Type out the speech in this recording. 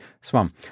swam